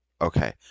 Okay